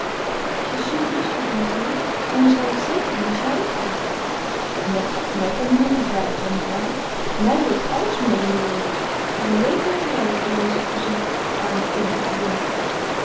als je zoo lief zoudt willen zijn mama zal het zeker doen als jij het vraagt ja mij kan niemand iets weigeren nietwaar mij loopt alles meê in de wereld het is alleen tegen jou dat iedereen zich verzet arm kind dat je bent